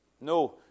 No